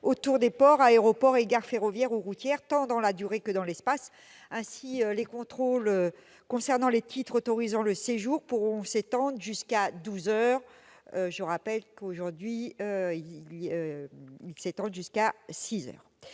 autour des ports, aéroports et gares ferroviaires ou routières », tant dans la durée que dans l'espace. Ainsi, les contrôles concernant les titres autorisant le séjour pourront s'étendre jusqu'à 12 heures contre 6 heures aujourd'hui. Cette mesure est